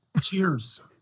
Cheers